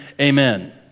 Amen